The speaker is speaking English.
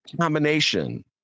combination